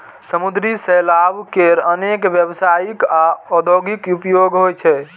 समुद्री शैवाल केर अनेक व्यावसायिक आ औद्योगिक उपयोग होइ छै